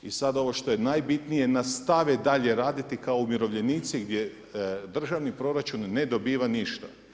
I sada ovo što je najbitnije, nastave dalje raditi kao umirovljenici gdje državni proračun ne dobiva ništa.